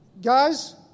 guys